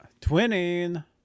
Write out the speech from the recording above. Twinning